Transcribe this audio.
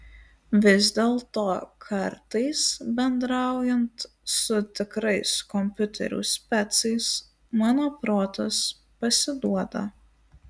vis dėlto kartais bendraujant su tikrais kompiuterių specais mano protas pasiduoda